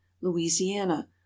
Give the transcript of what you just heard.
Louisiana